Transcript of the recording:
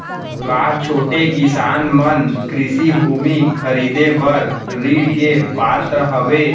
का छोटे किसान मन कृषि भूमि खरीदे बर ऋण के पात्र हवे?